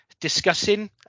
discussing